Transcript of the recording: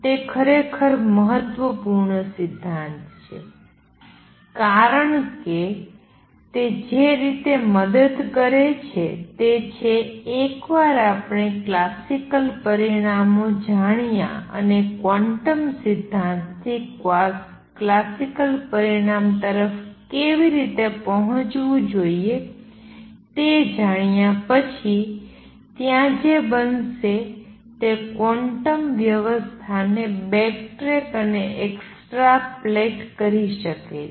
તે ખરેખર મહત્વપૂર્ણ સિદ્ધાંત છે કારણ કે તે જે રીતે મદદ કરે છે તે છે કે એકવાર આપણે ક્લાસિકલ પરિણામો જાણ્યા અને ક્વોન્ટમ સિદ્ધાંત થી ક્લાસિકલ પરિણામ તરફ કેવી રીતે પહોંચવું જોઈએ તે જાણ્યા પછી ત્યાં જે બનશે તે ક્વોન્ટમ વ્યવસ્થા ને બેકટ્રેક અને એક્સ્ટ્રાપ્લેટ કરી શકે છે